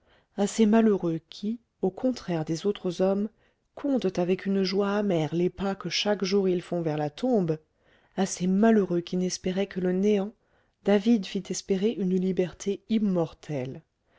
à ces malheureux qui au contraire des autres hommes comptent avec une joie amère les pas que chaque jour ils font vers la tombe à ces malheureux qui n'espéraient que le néant david fit espérer une liberté immortelle